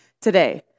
today